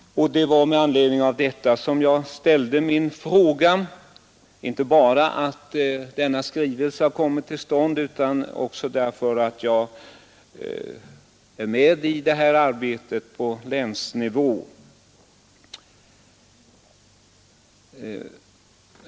Anledningen till att jag ställde min fråga var denna skrivelse och det förhållandet att jag deltar i detta arbete på länsnivå.